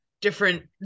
different